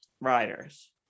riders